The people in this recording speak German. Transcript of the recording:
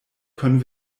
können